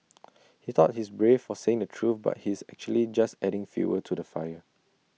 he thought he's brave for saying the truth but he's actually just adding fuel to the fire